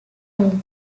oil